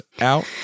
out